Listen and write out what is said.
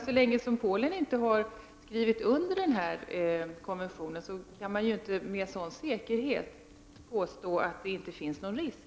Så länge som Polen inte har skrivit under konventionen kan man inte med säkerhet påstå att det inte finns någon risk.